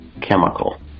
chemical